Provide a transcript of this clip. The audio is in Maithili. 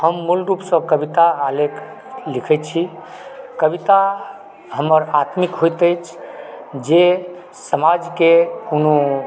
हम मुंडुकसंँ कविता आलेख लिखैत छी कविता हमर आत्मिक होएत अछि जे समाजके कोनो